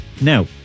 now